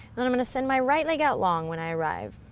then i'm going to send my right leg out long when i arrive,